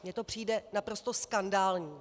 Mně to přijde naprosto skandální.